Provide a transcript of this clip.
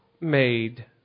made